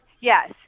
Yes